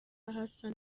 hassan